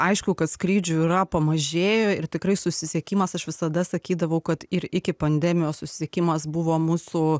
aišku kad skrydžių yra pamažėjo ir tikrai susisiekimas aš visada sakydavau kad ir iki pandemijos susisiekimas buvo mūsų